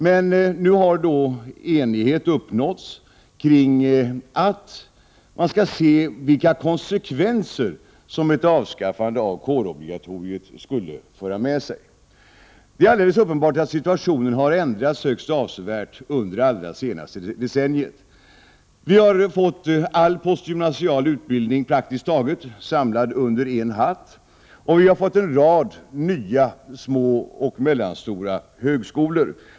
Men enighet har nu uppnåtts kring beslutet att man skall se vilka konsekvenser som ett avskaffande av kårobligatoriet skulle föra med sig. Det är alldeles uppenbart att situationen har ändrats högst avsevärt under det allra senaste decenniet. Vi har fått praktiskt taget all postgymnasial utbildning samlad under en hatt, och vi har fått en rad nya små och medelstora högskolor.